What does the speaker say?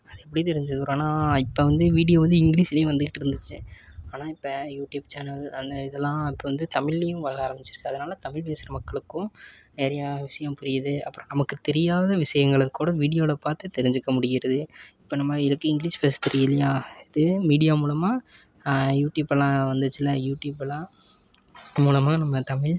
அது எப்படி தெரிஞ்சுக்கிறோன்னா இப்போ வந்து வீடியோ வந்து இங்கிலீஸ்லேயும் வந்துக்கிட்டிருந்துச்சி ஆனால் இப்போ யூடியூப் சேனல் அந்த இதெல்லாம் இப்போ வந்து தமிழ்லயும் வளர ஆரமிச்சுருக்கு அதனால தமிழ் பேசுற மக்களுக்கும் நிறையா விஷயம் புரியுது அப்புறம் நமக்கு தெரியாத விஷயங்கள கூட வீடியோவில் பார்த்து தெரிஞ்சுக்க முடிகிறது இப்போ நம்ம இருக் இங்கிலீஷ் பேச தெரியலையா இது மீடியா மூலமாக யூடியூப்பெல்லாம் வந்துச்சுல்லே யூடியூப்பெல்லாம் மூலமாக நம்ம தமிழ்